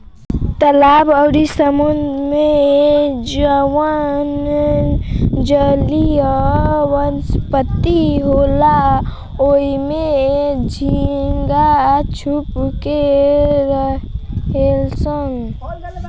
तालाब अउरी समुंद्र में जवन जलीय वनस्पति होला ओइमे झींगा छुप के रहेलसन